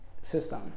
system